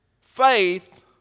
Faith